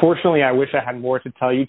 fortunately i wish i had more to tell you